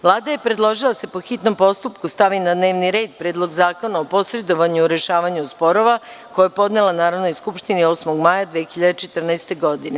Vlada je predložila da se po hitnom postupku stavi na dnevni red Predlog zakona o posredovanju u rešavanju sporova, koji je podnela Narodnoj skupštini 8. maja 2014. godine.